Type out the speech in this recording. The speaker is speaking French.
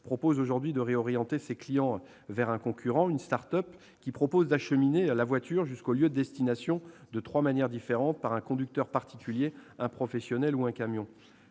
train, la SNCF entend réorienter ses clients vers un concurrent, une start-up qui propose d'acheminer la voiture jusqu'à son lieu de destination de trois manières différentes : par un conducteur particulier, par un professionnel ou en camion.